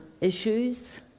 issues